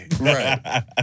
Right